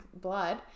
blood